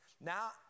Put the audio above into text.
Now